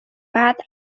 bath